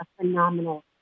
phenomenal